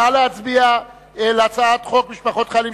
נא להצביע על הצעת חוק משפחות חיילים